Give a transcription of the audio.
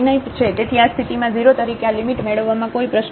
તેથી આ સ્થિતિમાં 0 તરીકે આ લિમિટ મેળવવામાં કોઈ પ્રશ્નો નથી